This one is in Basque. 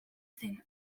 zen